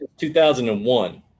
2001